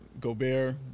Gobert